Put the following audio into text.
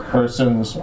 persons